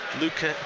Luca